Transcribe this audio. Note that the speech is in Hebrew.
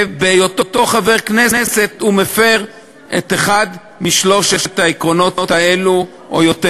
ובהיותו חבר כנסת הוא מפר את אחד משלושת העקרונות האלה או יותר?